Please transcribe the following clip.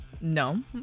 No